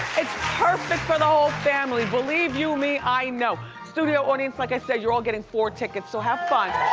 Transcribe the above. it's perfect for the whole family, believe you me, i know. studio audience, like i said, you're all getting four tickets so have fun.